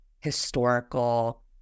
historical